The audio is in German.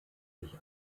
sich